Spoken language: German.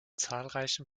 zahlreichen